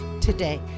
today